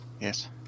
yes